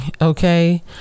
okay